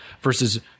versus